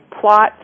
plot